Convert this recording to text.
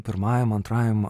pirmajam antrajam